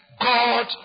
God